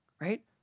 right